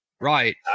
Right